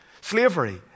slavery